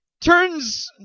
turns